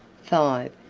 five.